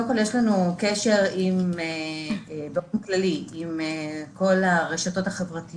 באופן כללי קודם כל יש לנו קשר עם כל הרשתות החברתיות,